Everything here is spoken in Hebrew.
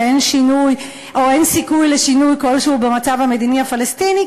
שאין סיכוי לשינוי כלשהו במצב המדיני הפלסטיני,